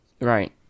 Right